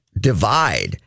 divide